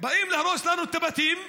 באים להרוס לנו את הבתים,